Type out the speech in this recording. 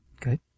good